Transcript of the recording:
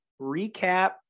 recap